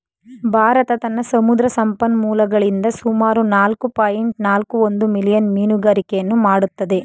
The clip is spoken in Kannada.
ಭಾರತ ತನ್ನ ಸಮುದ್ರ ಸಂಪನ್ಮೂಲಗಳಿಂದ ಸುಮಾರು ನಾಲ್ಕು ಪಾಯಿಂಟ್ ನಾಲ್ಕು ಒಂದು ಮಿಲಿಯನ್ ಮೀನುಗಾರಿಕೆಯನ್ನು ಮಾಡತ್ತದೆ